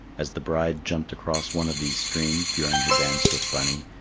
as the bride jumped across one of these streams during her dance with bunny,